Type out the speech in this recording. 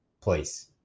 place